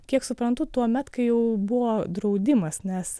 kiek suprantu tuomet kai jau buvo draudimas nes